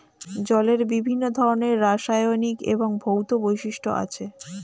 জলের বিভিন্ন ধরনের রাসায়নিক এবং ভৌত বৈশিষ্ট্য আছে